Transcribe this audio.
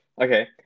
Okay